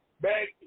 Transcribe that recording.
back